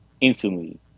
Instantly